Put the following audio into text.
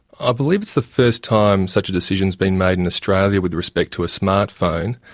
ah believe it's the first time such a decision has been made in australia with respect to a smart phone.